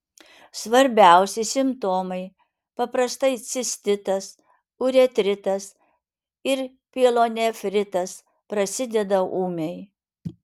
svarbiausi simptomai paprastai cistitas uretritas ir pielonefritas prasideda ūmiai